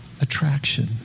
attraction